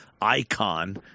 icon